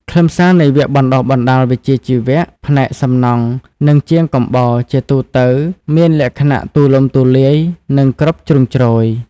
ខ្លឹមសារនៃវគ្គបណ្តុះបណ្តាលវិជ្ជាជីវៈផ្នែកសំណង់និងជាងកំបោរជាទូទៅមានលក្ខណៈទូលំទូលាយនិងគ្រប់ជ្រុងជ្រោយ។